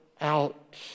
out